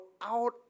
out